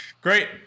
great